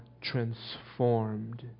transformed